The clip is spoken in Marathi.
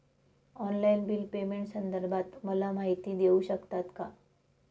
ऑनलाईन बिल पेमेंटसंदर्भात मला माहिती देऊ शकतात का?